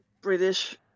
British